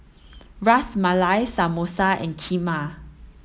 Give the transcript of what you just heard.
Ras Malai Samosa and Kheema